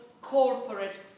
corporate